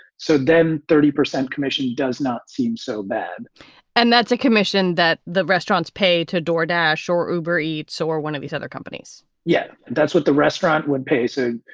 so then thirty percent commission does not seem so bad and that's a commission that the restaurants pay to door dash or uber eats or one of these other companies yeah, and that's what the restaurant would pay. say,